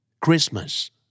Christmas